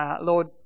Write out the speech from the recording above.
lord